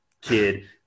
kid